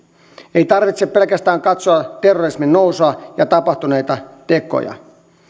ei tarvitse pelkästään katsoa terrorismin nousua ja tapahtuneita tekoja